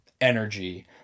energy